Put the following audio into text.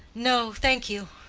no, thank you.